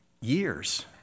years